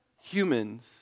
humans